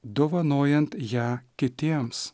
dovanojant ją kitiems